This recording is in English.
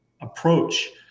approach